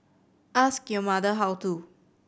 ask your mother how to